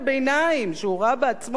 שהוא ראה בעצמו מייצגם,